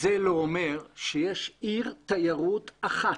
זה לא אומר שיש עיר תיירות אחת,